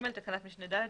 תקנת משנה (ד)